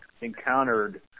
encountered